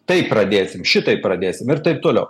taip pradėsim šitaip pradėsim ir taip toliau